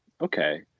okay